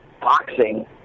boxing